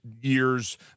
years